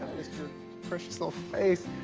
your precious, little face.